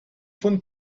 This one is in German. von